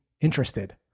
Interested